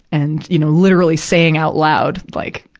and, you know, literally saying out loud, like,